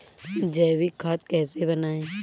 जैविक खाद कैसे बनाएँ?